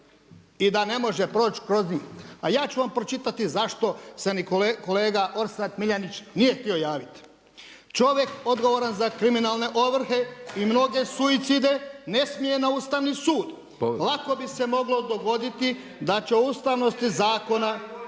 I da ne može proći kroz njih. A ja ću vam pročitati zašto se kolega Orsat Miljenić nije htio javiti. Čovjek odgovora za kriminalne ovrhe i mnoge suicide ne smije na Ustavni sud, lako bi se moglo dogoditi da će ustavnosti zakona